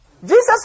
Jesus